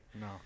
No